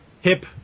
Hip